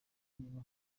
niba